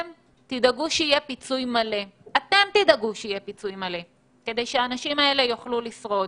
תדאגו שיהיה פיצוי מלא כדי שהאנשים האלה יוכלו לשרוד.